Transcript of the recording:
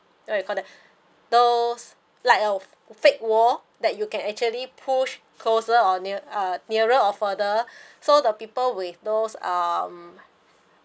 what you call that those like a fake wall that you can actually push closer or near uh nearer or further so the people with those um